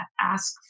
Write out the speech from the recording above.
ask